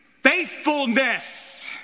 faithfulness